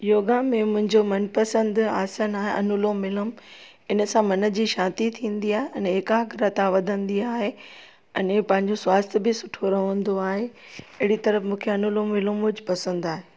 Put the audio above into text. योगा में मुंहिंजो मनपसंदि आसन आहे अनुलोम विलोम इन सां मन जी शांती थींदी आहे अने एकाग्रता वधंदी आहे अने पंहिंजो स्वास्थ बि सुठो रहंदो आहे अहेड़ी तरह मूंखे अनुलोम विलोम पसंदि आहे